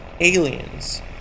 Aliens